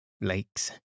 lakes